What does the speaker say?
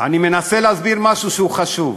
אני מנסה להסביר משהו חשוב.